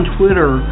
Twitter